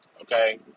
okay